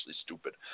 stupid